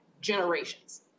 generations